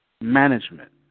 management